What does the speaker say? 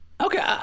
Okay